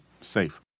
safe